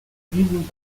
diesem